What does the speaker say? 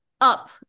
up